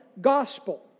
gospel